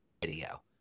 video